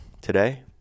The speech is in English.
Today